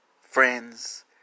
Friends